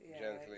gently